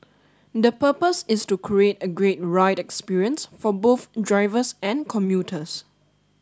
the purpose is to create a great ride experience for both drivers and commuters